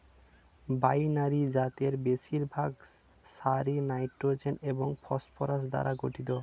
binary জাতের বেশিরভাগ সারই নাইট্রোজেন এবং ফসফরাস দ্বারা গঠিত